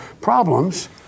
problems